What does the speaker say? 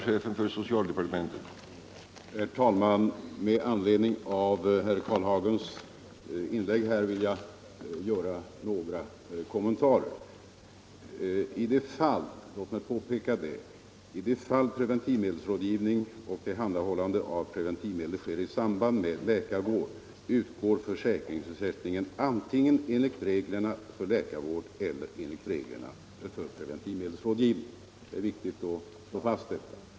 Herr talman! Med anledning av herr Karlehagens inlägg vill jag göra några kommentarer. I de fall då preventivmedelsrådgivning och tillhandahållande av preventivmedel sker i samband med läkarvård utgår försäkringsersättning antingen enligt reglerna för läkarvård eller enligt reglerna för preventivmedelsrådgivning. Det är viktigt att slå fast detta.